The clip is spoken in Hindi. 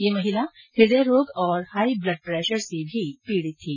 यह महिला हदय रोग और हाई ब्लड प्रेशर से भी पीडित थी